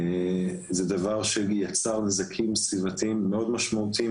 זה דבר שיצר נזקים סביבתיים משמעותיים